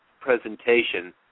presentation